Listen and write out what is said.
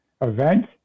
event